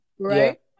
Right